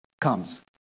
comes